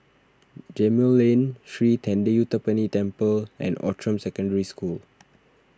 Gemmill Lane Sri thendayuthapani Temple and Outram Secondary School